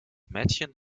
mädchen